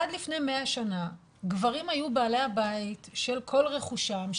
עד לפני 100 שנה גברים היו בעלי הבית של כל רכושם,